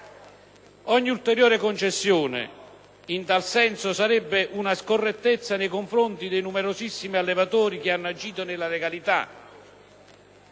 Ogni ulteriore concessione in tal senso sarebbe una scorrettezza nei confronti dei numerosissimi allevatori che hanno agito nella legalità.